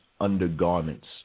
undergarments